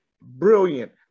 Brilliant